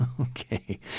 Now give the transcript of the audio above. Okay